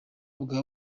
bwa